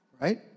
Right